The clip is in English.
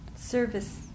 Service